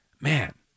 man